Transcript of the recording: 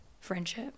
Friendship